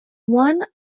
one